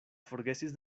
forgesis